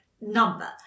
number